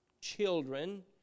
children